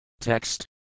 Text